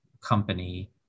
company